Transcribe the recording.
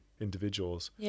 individuals